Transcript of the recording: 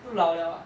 都老 liao